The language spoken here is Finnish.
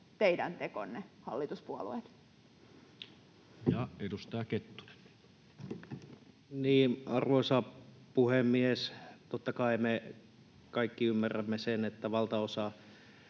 teidän tekonne, hallituspuolueet? Ja edustaja Kettunen. Arvoisa puhemies! Totta kai me kaikki ymmärrämme sen, että valtaosa